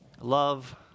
love